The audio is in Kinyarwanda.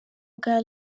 bwa